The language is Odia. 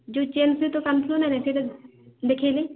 ଯେଉଁ ଚେନ୍ ସହିତ କାନଫୁଲ ନାହିଁ ସେଟା ଦେଖାଇଲେ